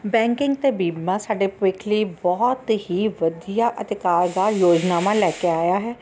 banking ਅਤੇ ਬੀਮਾ ਸਾਡੇ ਭਵਿੱਖ ਲਈ ਬਹੁਤ ਹੀ ਵਧੀਆ ਅਧਿਕਾਰ ਜਾਂ ਯੋਜਨਾਵਾਂ ਲੈ ਕੇ ਆਇਆ ਹੈ